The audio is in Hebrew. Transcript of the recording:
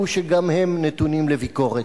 שופטים הם לא מורמים מעם.